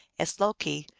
as loki,